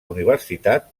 universitat